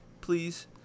please